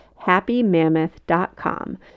happymammoth.com